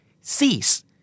cease